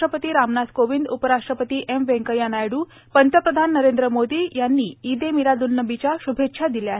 राष्ट्रपती रामनाथ कोविंद उपराष्ट्रपती एम व्यंकया नायडू पंतप्रधान नरेंद्र मोदी यांनी ईद ए मिलाद उन नबीच्या शुभेच्छा दिल्या आहेत